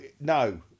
no